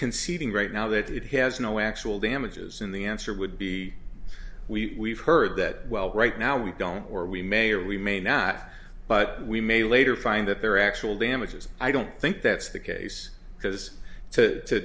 conceding right now that it has no actual damages in the answer would be if we heard that well right now we don't or we may or we may not but we may later find that there are actual damages i don't think that's the case because to